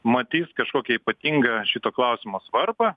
matys kažkokią ypatingą šito klausimo svarbą